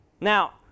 Now